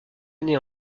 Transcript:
année